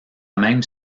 même